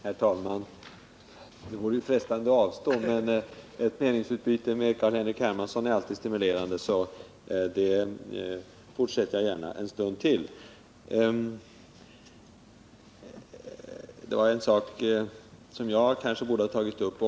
Herr talman! Det vore ju frestande att avstå, men ett meningsutbyte med Carl-Henrik Hermansson är alltid stimulerande, så jag fortsätter gärna en stund till. Det var en sak som jag kanske borde ta upp.